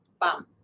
Bam